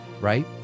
right